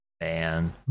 man